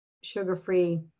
sugar-free